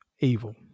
evil